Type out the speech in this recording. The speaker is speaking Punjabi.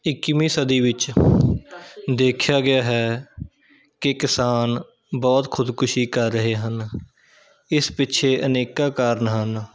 ਇੱਕੀਵੀਂ ਸਦੀ ਵਿੱਚ ਦੇਖਿਆ ਗਿਆ ਹੈ ਕਿ ਕਿਸਾਨ ਬਹੁਤ ਖੁਦਕੁਸ਼ੀ ਕਰ ਰਹੇ ਹਨ ਇਸ ਪਿੱਛੇ ਅਨੇਕਾਂ ਕਾਰਨ ਹਨ